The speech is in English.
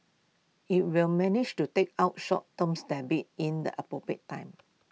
IT will manage to take out short terms debts in the appropriate time